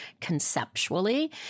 conceptually